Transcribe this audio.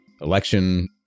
election